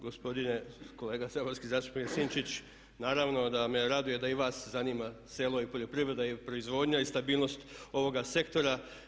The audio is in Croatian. Gospodine kolega saborski zastupniče Sinčić, naravno da me raduje da i vas zanima selo i poljoprivreda i proizvodnja i stabilnost ovoga sektora.